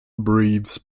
breathes